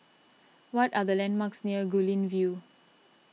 what are the landmarks near Guilin View